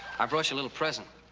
i brought you a little present.